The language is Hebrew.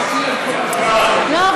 לא,